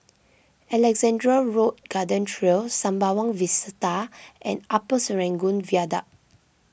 Alexandra Road Garden Trail Sembawang Vista and Upper Serangoon Viaduct